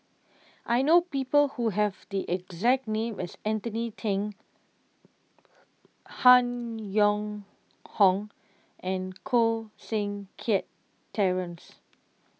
I know people who have the exact name as Anthony then Han Yong Hong and Koh Seng Kiat Terence